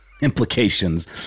implications